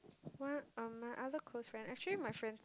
one of my other close friend actually my friend